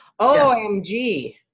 omg